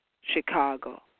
Chicago